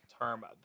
term